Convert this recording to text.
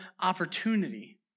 opportunity